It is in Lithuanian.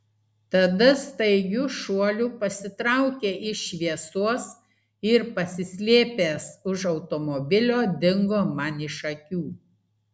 tada staigiu šuoliu pasitraukė iš šviesos ir pasislėpęs už automobilio dingo man iš akių